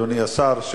אדוני השר,